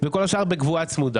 וכל השאר בריבית קבועה צמודה.